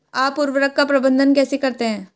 आप उर्वरक का प्रबंधन कैसे करते हैं?